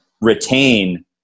retain